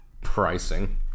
pricing